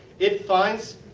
it finds.